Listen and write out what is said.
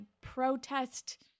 protest